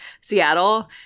Seattle